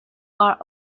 are